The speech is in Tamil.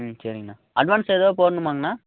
ம் சரிங்கண்ணா அட்வான்ஸ் எதாவது போடணுமாங்கண்ணா